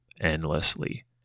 endlessly